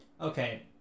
okay